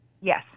Yes